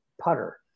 putter